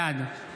בעד